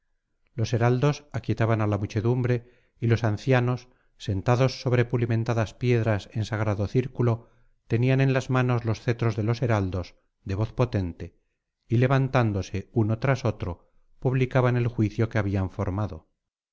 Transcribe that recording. los heraldos aquietaban á la muchedumbre y los ancianos sentados sobre pulimentadas piedras en sagrado círculo tenían en las manos los cetros de los heraldos de voz potente y levantándose uno tras otro publicaban el juicio que habían formado